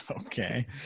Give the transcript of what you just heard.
okay